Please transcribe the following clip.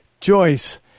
Joyce